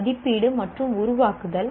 மதிப்பீடு மற்றும் உருவாக்குதல்